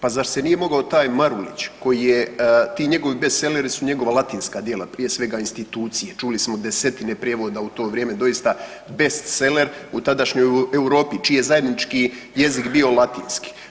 Pa zar se nije mogao taj Marulić koji je, ti njegovi bestseleri su njegova latinska djela prije svega institucije, čuli smo 10-tine prijevoda u to vrijeme, doista bestseler u tadašnjoj Europi čiji je zajednički jezik bio latinski.